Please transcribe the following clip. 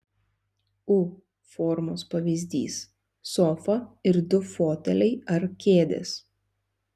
u formos pavyzdys sofa ir du foteliai ar kėdės